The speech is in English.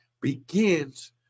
begins